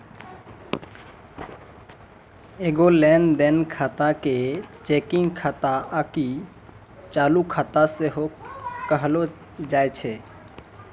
एगो लेन देन खाता के चेकिंग खाता आकि चालू खाता सेहो कहलो जाय छै